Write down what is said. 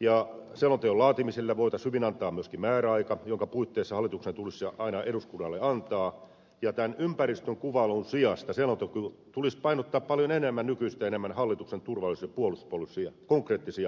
ja selonteon laatimiselle voitaisiin hyvin antaa myöskin määräaika jonka puitteissa hallituksen tulisi se aina eduskunnalle antaa ja ympäristön kuvailun sijasta selonteossa tulisi painottaa paljon nykyistä enemmän hallituksen konkreettisia turvallisuus ja puolustuspoliittisia tavoitteita